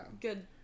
good